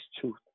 truth